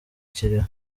kiriho